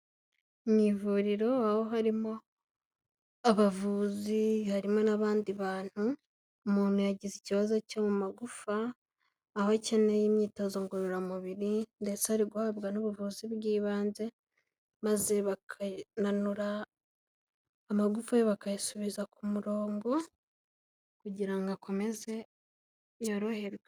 Mu ivuriro aho harimo abavuzi harimo n'abandi bantu, umuntu yagize ikibazo cyo mu magufa, aho akeneye imyitozo ngororamubiri, ndetse ari guhabwa n'ubuvuzi bw'ibanze, maze bakananura amagufa ye bakayasubiza ku murongo, kugira ngo akomeze yoroherwe